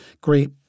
Great